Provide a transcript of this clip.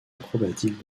acrobatique